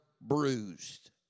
bruised